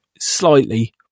slightly